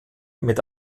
mit